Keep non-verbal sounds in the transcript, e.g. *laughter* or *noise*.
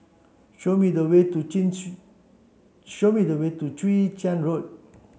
show me the way to *unintelligible* show me the way to Chwee Chian Road